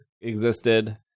existed